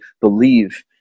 believe